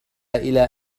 إلى